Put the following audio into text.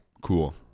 cool